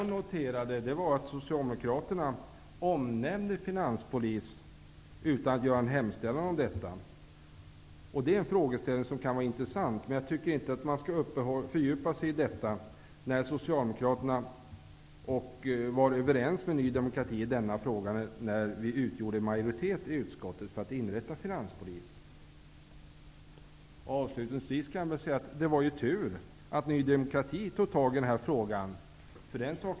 Jag noterade dock att socialdemokraterna omnämnde en finanspolis utan att göra en hemställan om detta. Det är en frågeställning som kan vara intressant. Jag tycker dock inte att man skall fördjupa sig i den. Socialdemokraterna var överens med Ny demokrati i denna fråga, när vi utgjorde en majoritet i utskottet för att inrätta en finanspolis. Avslutningsvis kan jag säga att det var ju tur att Ny demokrati tog tag i den här frågan.